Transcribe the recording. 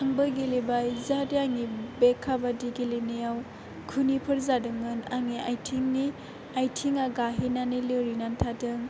आंबो गेलेबाय जाहाथे आंनि बे खाबादि गेलेनायाव खुनिफोर जादोंमोन आंनि आथिङा गाहेनानै लोरिनानै थादों